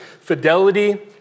fidelity